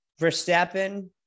Verstappen